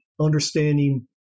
understanding